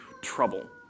trouble